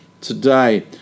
today